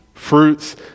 fruits